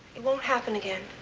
it won't happen again.